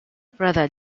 brother